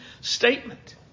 statement